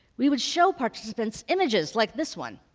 we would show participants images like this one.